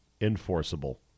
enforceable